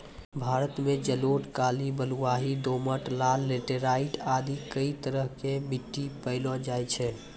भारत मॅ जलोढ़, काली, बलुआही, दोमट, लाल, लैटराइट आदि कई तरह के मिट्टी पैलो जाय छै